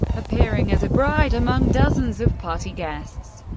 appearing as a bride among dozens of party guests.